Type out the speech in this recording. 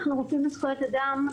אנחנו, "רופאים לזכויות אדם",